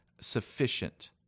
sufficient